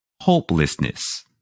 Hopelessness